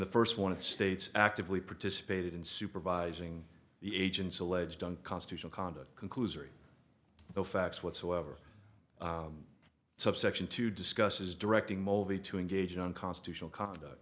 the first one it states actively participated in supervising the agent's alleged unconstitutional conduct conclusory the facts whatsoever subsection two discusses directing movie to engage in unconstitutional conduct